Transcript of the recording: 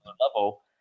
level